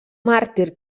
màrtir